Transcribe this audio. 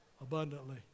abundantly